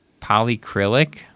polycrylic